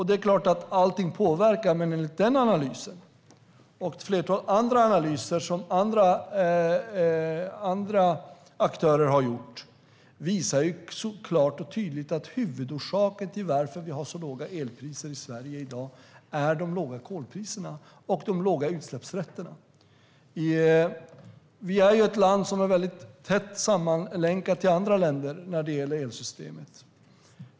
Det är klart att allt påverkar, men den analysen och ett flertal andra analyser som andra aktörer har gjort visar att huvudorsaken till att vi har så låga elpriser i Sverige i dag är de låga kolpriserna och de låga priserna på utsläppsrätter. Vi är ett land som är tätt sammanlänkat till andra länder när det gäller elsystemen.